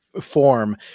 form